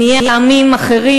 נהיה עמים אחרים,